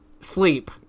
sleep